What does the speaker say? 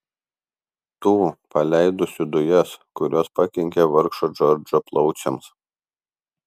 tų paleidusių dujas kurios pakenkė vargšo džordžo plaučiams